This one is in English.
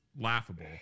laughable